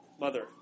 mother